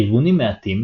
ארגונים מעטים,